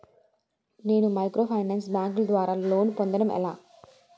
నేను మైక్రోఫైనాన్స్ బ్యాంకుల ద్వారా లోన్ పొందడం ఎలా?